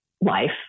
life